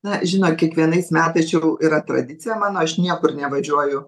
na žinot kiekvienais metais čia jau yra tradicija mano aš niekur nevažiuoju